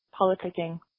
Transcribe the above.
politicking